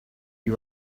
you